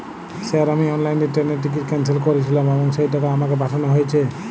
Sir আমি অনলাইনে ট্রেনের টিকিট ক্যানসেল করেছিলাম এবং সেই টাকা আমাকে পাঠানো হয়েছে?